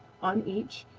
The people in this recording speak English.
on each,